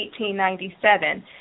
1897